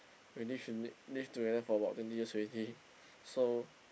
we live in live together for about twenty years already so